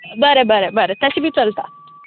बरें बरें बरें तशें बी चलता